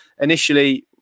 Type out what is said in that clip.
Initially